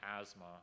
asthma